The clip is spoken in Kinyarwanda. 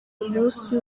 umunsi